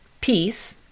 peace